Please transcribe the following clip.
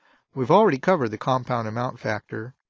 we've already covered the compound amount factor.